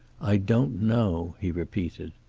i don't know, he repeated.